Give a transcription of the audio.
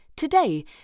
Today